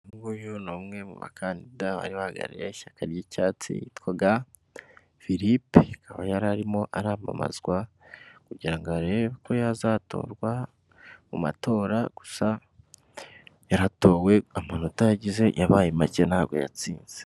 Uyu nguyu ni umwe mu bakandida bari bahagarariye ishyaka ry'icyatsi yitwaga Filipe, akaba yari arimo aramamazwa, kugira ngo arebe ko yazatorwa mu matora, gusa yaratowe amanota yagize yabaye make ntabwo yatsinze.